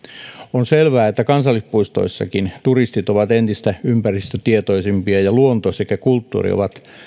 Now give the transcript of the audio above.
on selvää että kansallispuistoissakin turistit ovat entistä ympäristötietoisempia ja luonto sekä kulttuuri ovat